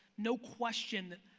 no question,